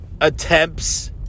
Attempts